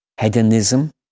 hedonism